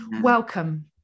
welcome